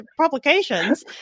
publications